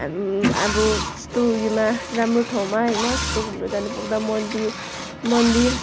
अब त्यस्तो उयोमा राम्रो ठाउँमा होइन यस्तो घुम्नु जानु पाउँदा मन्दिर मन्दिर